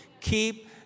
Keep